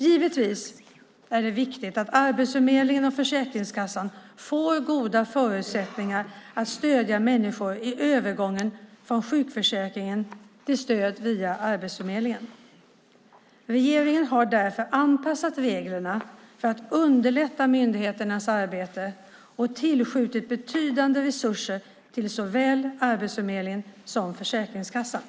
Givetvis är det viktigt att Arbetsförmedlingen och Försäkringskassan får goda förutsättningar att stödja människor i övergången från sjukförsäkringen till stöd via Arbetsförmedlingen. Regeringen har därför anpassat reglerna för att underlätta myndigheternas arbete och tillskjutit betydande resurser till såväl Arbetsförmedlingen som Försäkringskassan.